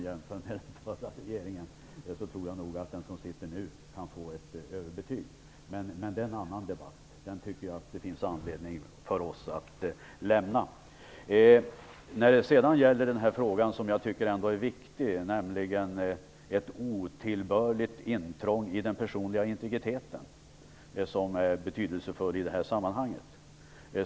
Jämfört med den förra regeringen tror jag nog att nu sittande regering kan få överbetyg. Men det är en annan debatt, som det finns anledning för oss att här lämna. Frågan om ett otillbörligt intrång i den personliga integriteten tycker jag är betydelsefull i detta sammanhang.